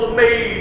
made